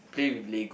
play with lego